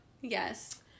Yes